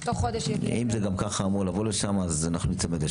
אם זה גם ככה אמור לבוא לשם, הלאה.